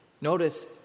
Notice